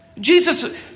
Jesus